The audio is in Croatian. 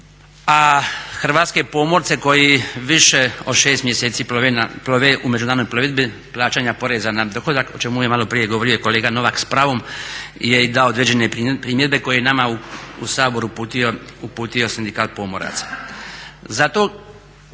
a hrvatske pomorce koji više od 6 mjeseci plove u međunarodnoj plovidbi plaćanja poreza na dohodak o čemu je malo prije govorio i kolega Novak s pravom je dao i određene primjedbe koje je nama u Sabor uputio Sindikat pomoraca.